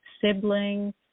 siblings